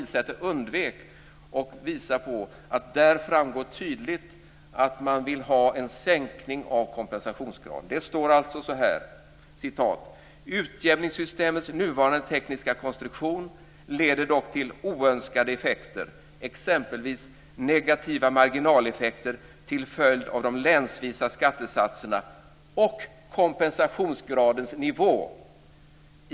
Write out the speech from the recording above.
Lena Ek har faktiskt skrivit under reservationen där det står: "Utjämningssystemets nuvarande tekniska konstruktion leder dock till oönskade effekter, exempelvis negativa marginaleffekter till följd av de länsvisa skattesatserna och kompensationsgradens nivå."